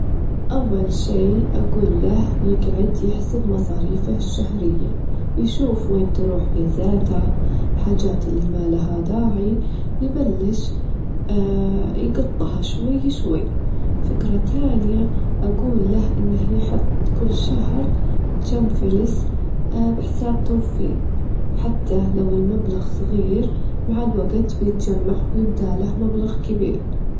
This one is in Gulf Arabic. أول شي في بلد جديد أبدأ أتعرف على الجيران، وأبدأ أشارك في الأنشطة الاجتماعية؛ متل الفاعاليات اللي هي تكون محلية، بعدين أحب أروح للأماكن العامة، أروح للمجاهي والا أروح للمكتبات عشان أتعرف على ناس عندهم نفس أهتماماتي.